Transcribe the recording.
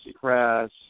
Press